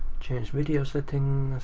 change video settings,